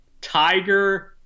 Tiger